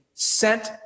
Sent